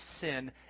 sin